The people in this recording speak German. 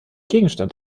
gegenstand